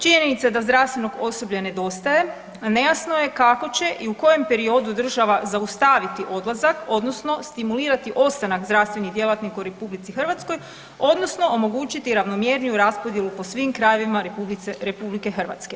Činjenica da zdravstvenog osoblja nedostaje, a nejasno je kako će i u kojem periodu država zaustaviti odlazak odnosno stimulirati ostanak zdravstvenih djelatnika u RH odnosno omogućiti ravnomjerniju raspodjelu po svim krajevima RH.